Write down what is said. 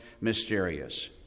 mysterious